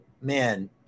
man